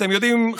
אתם יודעים,